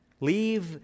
Leave